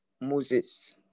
Moses